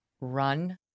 run